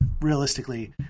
realistically